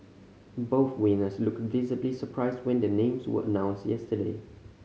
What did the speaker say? both winners looked visibly surprised when their names were announced yesterday